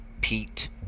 Pete